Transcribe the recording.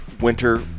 winter